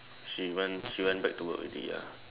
she went she went back to work already ya